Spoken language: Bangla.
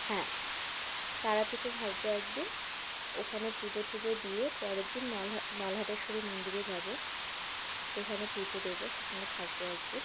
হ্যাঁ তারাপীঠে থাকবো একদিন ওখানে পুজো টুজো দিয়ে পরের দিন নল হাটেশ্বরী মন্দিরে যাবো সেখানে পুজো দেবো সেখানে থাকবো একদিন